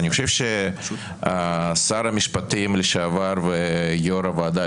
אני חושב ששר המשפטים לשעבר ויושב ראש הוועדה